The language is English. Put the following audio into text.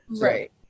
Right